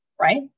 right